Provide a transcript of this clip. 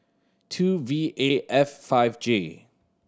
two V A F five J